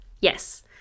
Yes